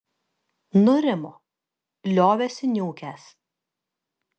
nurimo liovėsi niūkęs